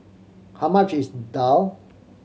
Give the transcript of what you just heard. how much is daal